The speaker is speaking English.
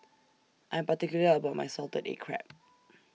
I'm particular about My Salted Egg Crab